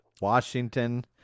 Washington